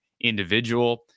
individual